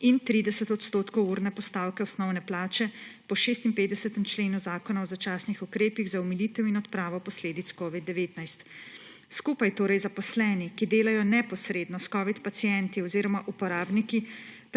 in 30 odstotkov urne postavke osnovne plače po 56. členu Zakona o začasnih ukrepih za omilitev in odpravo posledic covid-19. Skupaj torej zaposleni, ki delajo neposredno s covid pacienti oziroma uporabniki,